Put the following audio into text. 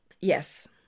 yes